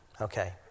Okay